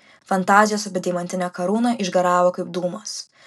fantazijos apie deimantinę karūną išgaravo kaip dūmas